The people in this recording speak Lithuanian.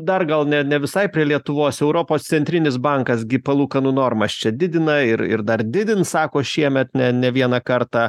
dar gal ne ne visai prie lietuvos europos centrinis bankas gi palūkanų normas čia didina ir ir dar didins sako šiemet ne ne vieną kartą